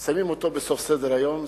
שמים אותו בסוף סדר-היום,